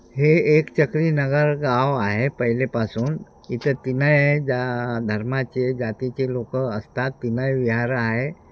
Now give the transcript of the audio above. हे एक चक्री नगर गाव आहे पहिलेपासून इथं तीनही जा धर्माचे जातीचे लोकं असतात तीनही विहार आहे